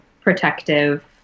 protective